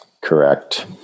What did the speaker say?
Correct